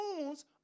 wounds